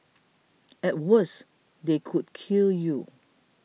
at worst they could kill you